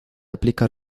aplica